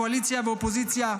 קואליציה ואופוזיציה,